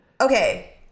okay